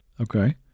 Okay